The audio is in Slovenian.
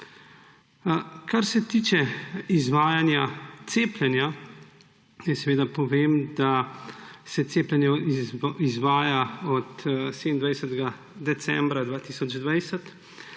Kar se tiče izvajanja cepljenja, naj seveda povem, da se cepljenje izvaja od 27. decembra 2020,